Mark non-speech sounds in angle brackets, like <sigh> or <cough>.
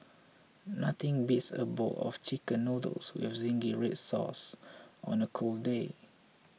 <noise> nothing beats a bowl of Chicken Noodles with Zingy Red Sauce on a cold day